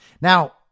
Now